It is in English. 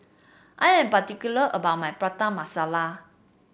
I am particular about my Prata Masala